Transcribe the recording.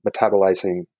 metabolizing